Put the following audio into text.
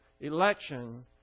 election